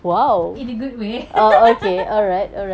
in a good way